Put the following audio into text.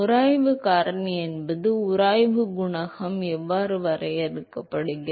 உராய்வு காரணி மற்றும் உராய்வு குணகம் எவ்வாறு வரையறுக்கப்படுகிறது